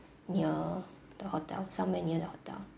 near the hotel somewhere near the hotel